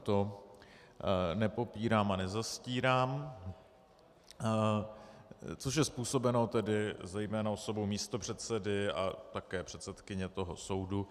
To nepopírám a nezastírám, což je způsobeno zejména osobou místopředsedy a také předsedkyně toho soudu.